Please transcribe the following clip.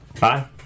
Bye